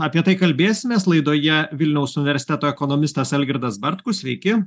apie tai kalbėsimės laidoje vilniaus universiteto ekonomistas algirdas bartkus sveiki